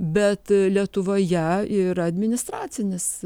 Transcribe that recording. bet lietuvoje yra administracinis